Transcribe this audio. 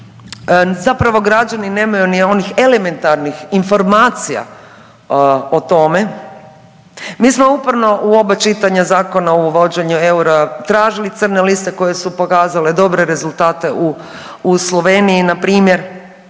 Zapravo građani nemaju ni onih elementarnih informacija o tome. Mi smo uporno u oba čitanja Zakona o uvođenju eura tražili crne liste koje su pokazale dobre rezultate u Sloveniji na primjer.